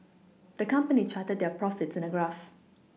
the company charted their profits in a graph